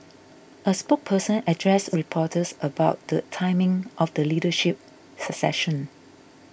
a spokesperson addressed reporters about the timing of the leadership succession